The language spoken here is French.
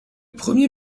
premier